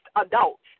adults